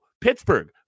Pittsburgh